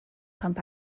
pump